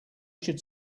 should